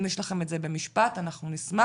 אם יש לכם את זה במשפט, אנחנו נשמח.